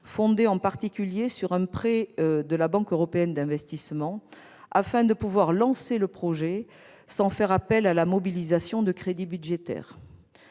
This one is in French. fondé, en particulier, sur un prêt de la Banque européenne d'investissement, la BEI, afin de pouvoir lancer ce projet sans faire appel à la mobilisation de crédits budgétaires.